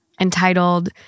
entitled